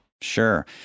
Sure